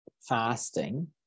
fasting